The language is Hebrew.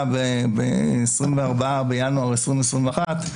ב-24 בינואר 2021,